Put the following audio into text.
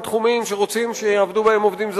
תחומים שרוצים שיעבדו בהם עובדים זרים,